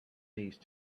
these